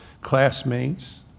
classmates